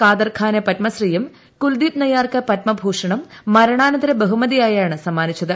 കാദർ ഖാന് പത്മശ്രീയും കുൽദീപ് നയ്യാർക്ക് പത്മഭൂഷണും മരണാനന്തര ബഹുമതിയായാണ് സമ്മാനിച്ചത്